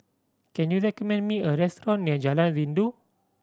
can you recommend me a restaurant near Jalan Rindu